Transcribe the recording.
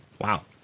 Wow